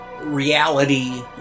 Reality